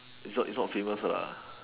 is not is not famous